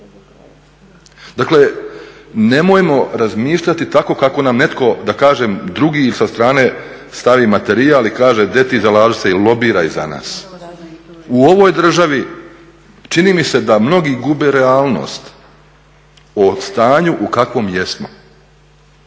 Dakle, nemojmo razmišljati tako kako nam netko da kažem drugi ili sa strane stavi materijal i kaže de ti zalaži se ili lobiraj za nas. U ovoj državi čini mi se da mnogi gube realnost o stanju u kakvom jesmo.